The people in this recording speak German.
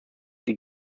die